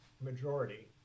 majority